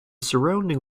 surrounding